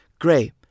Gray